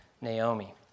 Naomi